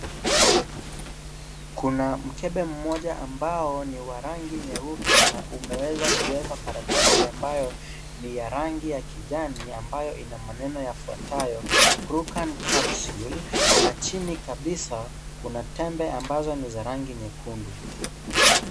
Kuna mkebe mmoja ambao ni wa rangi nyeupe na umeweza kuwekwa karatasi ambao ni ya rangi ya kijani ambayo ina maneno yafuatayo, prucan capsule. Na chini kabisa kuna tembe ambazo ni za rangi ya nyekundu.